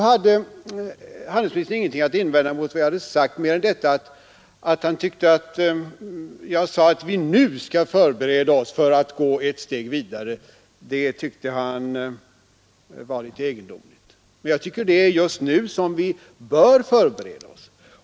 Handelsministern hade ingenting att invända mot vad jag hade sagt annat än att vi nu skall förbereda oss för att gå ett steg vidare. Han tyckte att detta var något egendomligt. Men just nu bör vi förbereda oss.